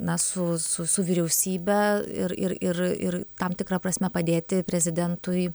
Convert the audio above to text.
na su su su vyriausybe ir ir ir ir tam tikra prasme padėti prezidentui